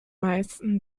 meisten